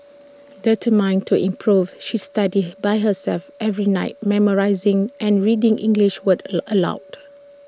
determined to improve she studied by herself every night memorising and reading English words A aloud